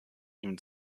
ihm